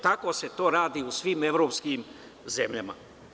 Tako se to radi u svim evropskim zemljama.